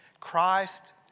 Christ